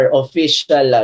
official